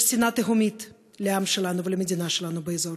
יש שנאה תהומית לעם שלנו ולמדינה שלנו באזור.